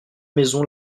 maison